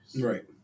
Right